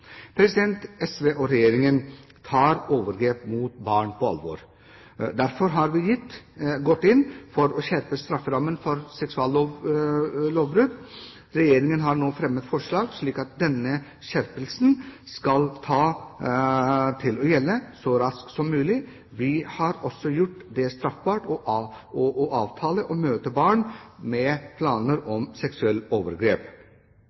SV og Regjeringen tar overgrep mot barn på alvor. Derfor har vi gått inn for å skjerpe strafferammen for seksuallovbrudd. Regjeringen har nå fremmet forslag slik at denne skjerpelsen skal ta til å gjelde så raskt som mulig. Vi har også gjort det straffbart å avtale å møte barn med planer om seksuelle overgrep.